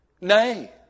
nay